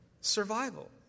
survival